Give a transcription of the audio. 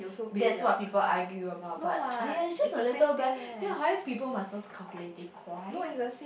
that's what people argue about but !aiya! it's just a little bit then why must people must so calculative why